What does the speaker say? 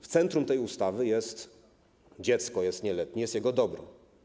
W centrum tej ustawy jest dziecko, jest nieletni, jest jego dobro.